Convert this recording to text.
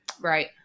Right